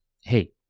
hey